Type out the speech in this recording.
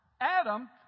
Adam